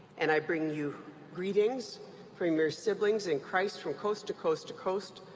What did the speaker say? and i bring you greetings from your siblings in christ from coast to coast to coast,